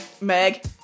Meg